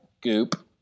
goop